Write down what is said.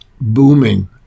booming